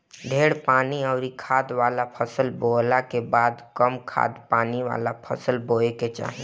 ढेर पानी अउरी खाद वाला फसल बोअला के बाद कम खाद पानी वाला फसल बोए के चाही